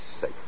safe